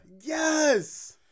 Yes